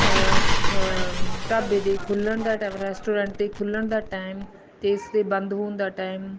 ਢਾਬੇ ਦੇ ਖੁੱਲ੍ਹਣ ਦਾ ਟੈਮ ਰੈਸਟੋਰੈਂਟ ਦੇ ਖੁੱਲਣ ਦਾ ਟਾਈਮ ਅਤੇ ਇਸਦੇ ਬੰਦ ਹੋਣ ਦਾ ਟਾਈਮ